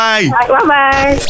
Bye-bye